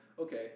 okay